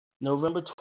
November